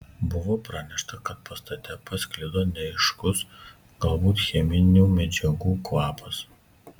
buvo pranešta kad pastate pasklido neaiškus galbūt cheminių medžiagų kvapas